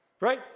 right